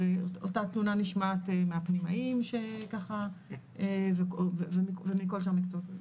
אז אותה תלונה נשמעת מהפנימאיים שככה ומכל שאר המקצועות,